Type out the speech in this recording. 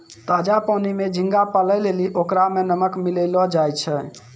ताजा पानी में झींगा पालै लेली ओकरा में नमक मिलैलोॅ जाय छै